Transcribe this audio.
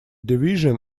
division